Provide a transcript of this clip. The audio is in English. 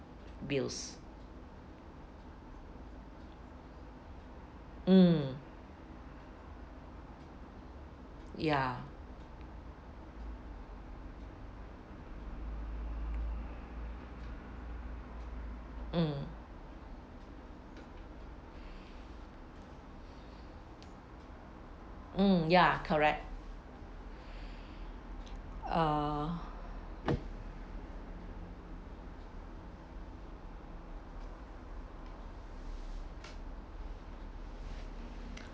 bills mm ya mm mm ya correct uh